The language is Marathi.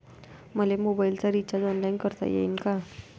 मले मोबाईलच रिचार्ज ऑनलाईन करता येईन का?